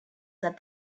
that